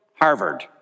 Harvard